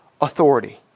authority